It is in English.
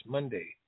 Monday